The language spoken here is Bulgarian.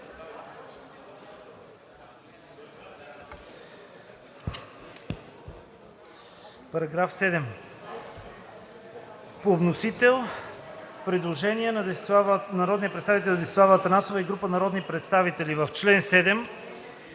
Параграф 11 по вносител. Предложение на народния представител Мая Манолова и група народни представители. В §